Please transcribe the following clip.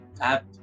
app